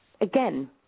Again